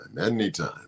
Anytime